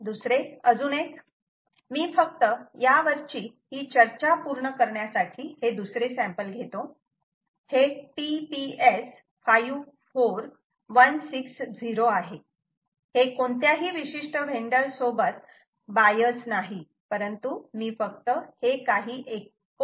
दुसरे अजून एक मी फक्त यावरची ही चर्चा पूर्ण करण्यासाठी दुसरे सॅम्पल घेतो हे TPS54160 आहे हे कोणत्याही विशिष्ट व्हेंडर सोबत बायस नाही परंतु मी फक्त हे काही एको मोड सोबत 1